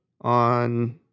on